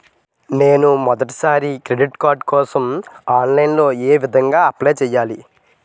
నేను మొదటిసారి credit card కోసం ఆన్లైన్ లో ఏ విధంగా అప్లై చేయాలి?